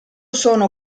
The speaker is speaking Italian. sono